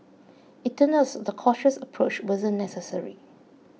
it turns out the cautious approach wasn't necessary